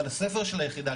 על הספר של היחידה,